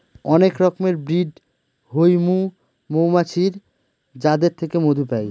অনেক রকমের ব্রিড হৈমু মৌমাছির যাদের থেকে মধু পাই